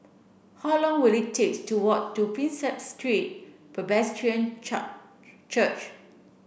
how long will it takes to walk to Prinsep Street Presbyterian Church